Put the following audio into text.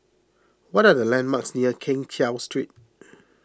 what are the landmarks near Keng Cheow Street